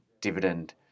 dividend